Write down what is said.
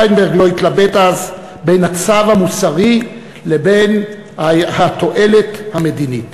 פיינברג לא התלבט אז בין הצו המוסרי לבין התועלת המדינית.